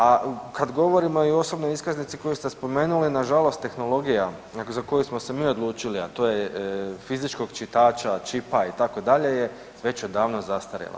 A kada govorimo i o osobnoj iskaznici koju ste spomenuli, nažalost tehnologija za koju smo se mi odlučili, a to je fizičkog čitača čipa itd., je već odavno zastarjela.